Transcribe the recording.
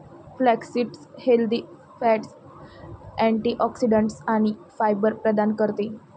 flaxseed healthy fats, antioxidants आणि fibre प्रदान करते